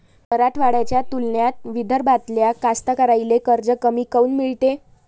मराठवाड्याच्या तुलनेत विदर्भातल्या कास्तकाराइले कर्ज कमी काऊन मिळते?